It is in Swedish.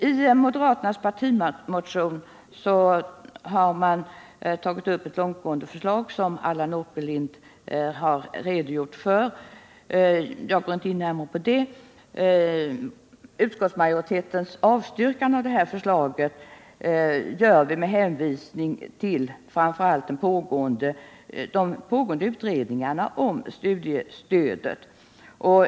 I moderaternas partimotion finns ett långtgående förslag, som Allan Åkerlind har redogjort för men som jag inte går närmare in på. Utskottsmajoritetens avstyrkande av detta förslag görs med hänvisning framför allt till de pågående utredningarna om studiestöden.